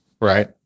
right